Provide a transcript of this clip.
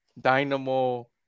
Dynamo